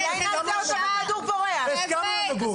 הסכמנו למגורים.